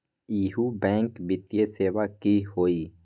इहु बैंक वित्तीय सेवा की होई?